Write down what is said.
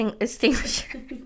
extinguisher